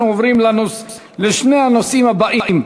אנחנו עוברים לשני הנושאים הבאים: